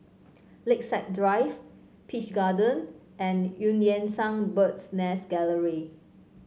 Lakeside Drive Peach Garden and Eu Yan Sang Bird's Nest Gallery